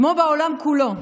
כמו בעולם כולו,